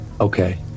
Okay